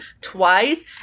twice